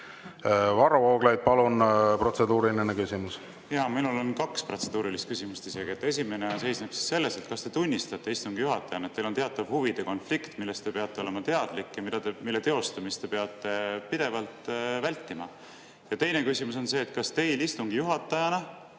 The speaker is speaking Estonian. Varro Vooglaid, palun, protseduuriline küsimus! Minul on isegi kaks protseduurilist küsimust. Esimene seisneb selles: kas te istungi juhatajana tunnistate, et teil on teatav huvide konflikt, millest te peate olema teadlik ja mille teostamist te peate pidevalt vältima? Ja teine küsimus on see: kas teil istungi juhatajana